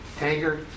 anger